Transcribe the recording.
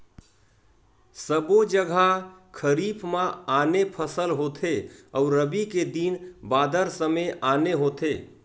सबो जघा खरीफ म आने फसल होथे अउ रबी के दिन बादर समे आने होथे